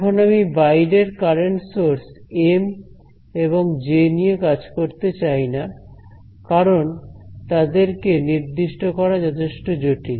এখন আমি বাইরের কারেন্ট সোর্স এম এবং জে নিয়ে কাজ করতে চাই না কারণ তাদেরকে নির্দিষ্ট করা যথেষ্ট জটিল